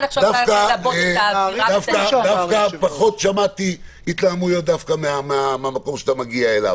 דווקא פחות שמעתי התלהמויות מהמקום שאתה מגיע אליו.